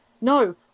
no